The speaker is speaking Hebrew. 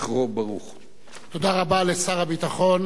תודה רבה לשר הביטחון, חבר הכנסת אהוד ברק.